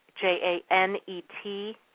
J-A-N-E-T